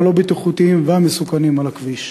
הלא-בטיחותיים והמסוכנים על הכביש.